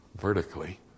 vertically